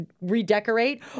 redecorate